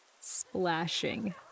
splashing